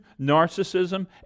narcissism